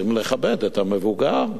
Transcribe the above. צריכים לכבד את המבוגר,